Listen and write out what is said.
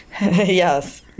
yes